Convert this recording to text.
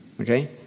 Okay